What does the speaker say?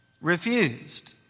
refused